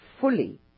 fully